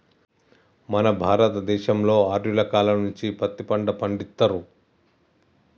మన భారత దేశంలో ఆర్యుల కాలం నుంచే పత్తి పంట పండిత్తుర్రు